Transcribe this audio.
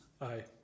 Aye